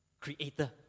creator